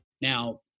Now